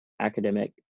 academic